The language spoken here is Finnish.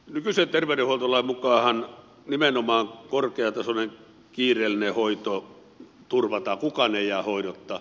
nykyisen terveydenhuoltolain mukaanhan nimenomaan korkeatasoinen kiireellinen hoito turvataan kukaan ei jää hoidotta